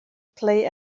play